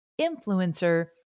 influencer